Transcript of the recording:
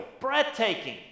breathtaking